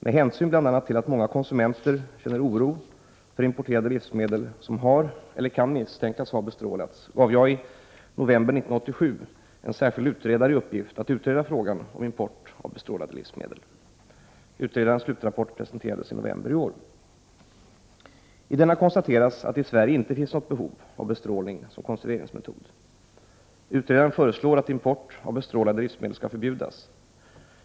Med hänsyn bl.a. till att många konsumenter känner oro för importerade livsmedel som har eller kan misstänkas ha bestrålats gav jag i november 1987 en särskild utredare i uppgift att utreda frågan om import av bestrålade livsmedel. Utredarens slutrapport presenterades i november i år. I denna konstateras att det i Sverige inte finns något behov av bestrålning som konserveringsmetod. Utredaren föreslår att import av bestrålade livsmedel skall förbjudas.